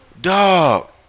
Dog